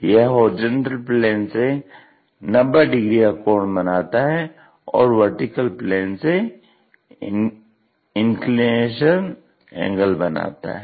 यह HP से 90 degree का कोण बनाता है और VP से इंक्लिनेशन एंगल बनाता है